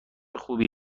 خوبی